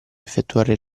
effettuare